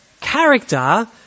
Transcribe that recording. character